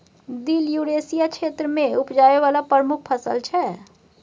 दिल युरेसिया क्षेत्र मे उपजाबै बला प्रमुख फसल छै